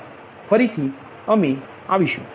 આભાર ફરીથી અમે આવીશુ